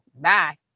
Bye